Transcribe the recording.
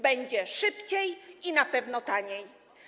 Będzie szybciej i na pewno taniej.